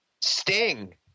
sting